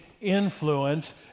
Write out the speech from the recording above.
influence